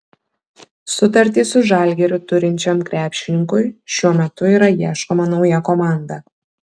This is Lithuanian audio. sutartį su žalgiriu turinčiam krepšininkui šiuo metu yra ieškoma nauja komanda